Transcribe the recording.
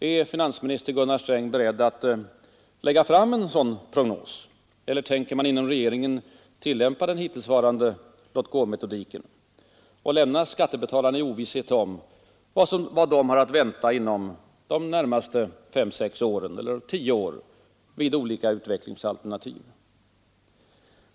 Är finansminister Gunnar Sträng beredd att lägga fram en sådan prognos, eller tänker man inom regeringen tillämpa den hittillsvarande låtgåmetodiken och lämna skattebetalarna i ovisshet om vad de har att vänta inom de närmaste fem till sex eller tio åren vid olika utvecklingsalternativ?